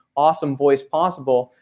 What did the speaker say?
awesome voice possible,